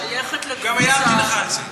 ולכן גם הערתי לך על זה.